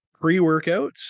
pre-workouts